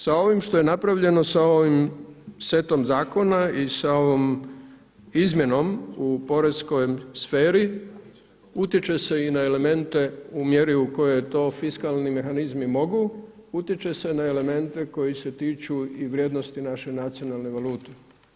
Sa ovim što je napravljeno sa ovim setom zakona i sa ovom izmjenom u poreznoj sferi utječe se i na elemente u mjeri u kojoj je to fiskalni mehanizmi mogu, utječe se na elemente koji se tiču i vrijednosti naše nacionalne valute.